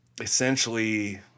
essentially